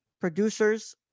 producers